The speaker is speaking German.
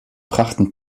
brachten